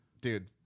dude